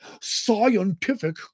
scientific